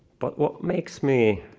but what makes me